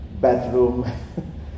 bathroom